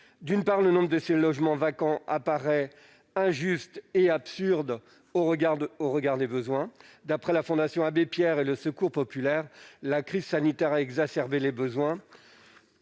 écologique. Le nombre de ces logements vacants paraît injuste et absurde au regard des besoins. D'après la Fondation Abbé Pierre et le Secours populaire, la crise sanitaire a exacerbé les besoins